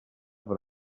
per